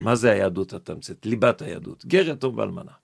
מה זה היהדות התמצית? ליבת היהדות? גר יתום ואלמנה.